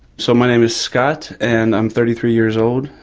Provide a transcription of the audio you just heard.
so my name is scott, and i'm thirty three years old.